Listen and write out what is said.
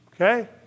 okay